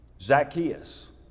Zacchaeus